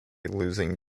losing